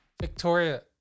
Victoria